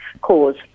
cause